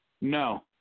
No